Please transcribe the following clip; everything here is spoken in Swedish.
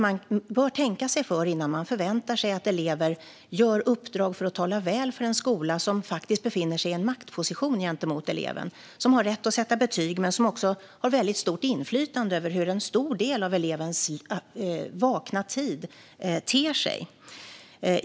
Man bör tänka sig för innan man förväntar sig att elever utför uppdrag för att tala väl för en skola som faktiskt befinner sig i en maktposition gentemot dem. Skolan har rätt att sätta betyg och har väldigt stort inflytande över hur en stor del av elevens vakna tid ter sig.